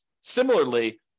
Similarly